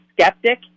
skeptic